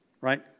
right